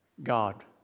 God